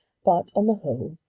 but, on the whole,